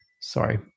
sorry